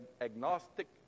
agnostic